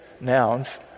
nouns